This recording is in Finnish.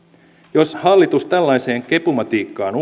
jos hallitus tällaiseen kepumatiikkaan